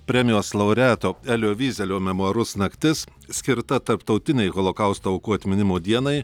premijos laureato elio vyzelio memuarus naktis skirta tarptautinei holokausto aukų atminimo dienai